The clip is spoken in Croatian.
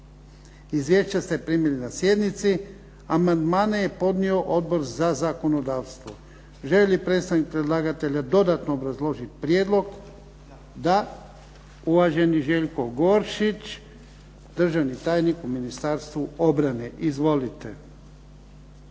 Izvješća ste primili na sjednici. Amandmane je podnio Odbor za zakonodavstvo. Želi li predstavnik predlagatelja dodatno obrazložiti prijedlog? Da. Uvaženi Željko Goršić, državni tajnik u Ministarstvu obrane. Izvolite.